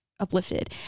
uplifted